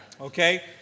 okay